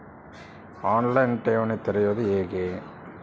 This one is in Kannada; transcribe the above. ಆನ್ ಲೈನ್ ಠೇವಣಿ ತೆರೆಯುವುದು ಹೇಗೆ?